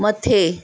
मथे